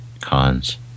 cons